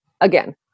Again